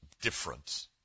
different